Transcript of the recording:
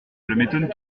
m’étonne